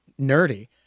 nerdy